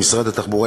במשרד התחבורה,